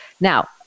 Now